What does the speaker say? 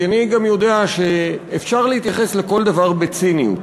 כי אני גם יודע שאפשר להתייחס לכל דבר בציניות